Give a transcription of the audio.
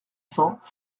cents